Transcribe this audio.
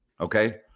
okay